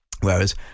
whereas